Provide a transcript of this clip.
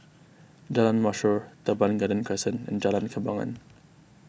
Jalan Mashhor Teban Garden Crescent and Jalan Kembangan